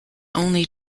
only